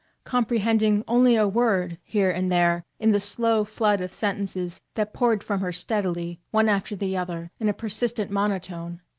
comprehending only a word here and there in the slow flood of sentences that poured from her steadily, one after the other, in a persistent monotone.